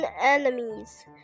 enemies